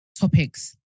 topics